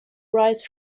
rise